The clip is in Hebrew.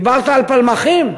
דיברת על פלמחים.